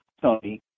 Tony